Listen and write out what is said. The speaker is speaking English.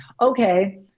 okay